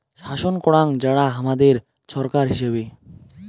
শাসন করাং যারা হামাদের ছরকার হিচাবে